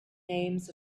names